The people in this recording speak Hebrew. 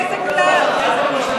זו זכותי, עובדה, אני מבקש לעלות.